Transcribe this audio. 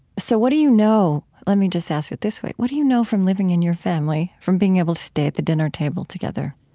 so what do you know let me just ask it this way what do you know from living in your family, from being able to stay at the dinner table together?